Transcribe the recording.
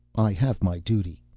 i have my duty.